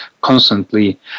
constantly